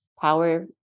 power